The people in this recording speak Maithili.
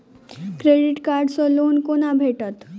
क्रेडिट कार्ड सँ लोन कोना भेटत?